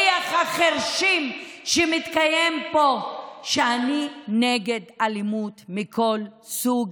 בשיח החירשים שמתקיים פה: אני נגד אלימות מכל סוג,